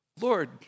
Lord